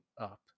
up